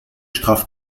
straff